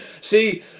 See